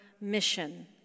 mission